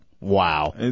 Wow